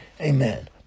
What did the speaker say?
Amen